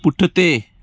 पुठिते